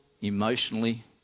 emotionally